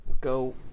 go